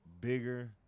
bigger